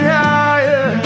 higher